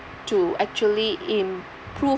to actually improve